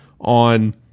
on